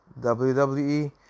WWE